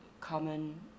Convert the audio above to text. common